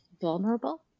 vulnerable